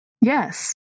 Yes